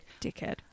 dickhead